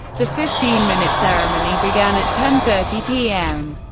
the fifteen minute ceremony began at ten thirty p m.